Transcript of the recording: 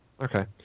Okay